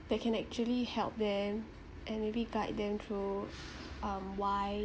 they can actually help them and maybe guide them through um why